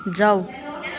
जाऊ